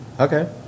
Okay